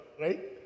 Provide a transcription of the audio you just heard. Right